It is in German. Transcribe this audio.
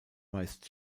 meist